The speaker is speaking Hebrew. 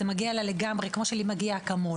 זה לגמרי מגיע לה, כמו שלי מגיע אקמול.